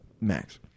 max